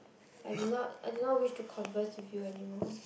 I'm not I do not wish to converse with you anymore